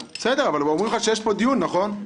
בסדר, אבל הם אומרים לך שיש פה דיון, נכון?